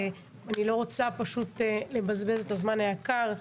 אני לא רוצה לבזבז את הזמן היקר,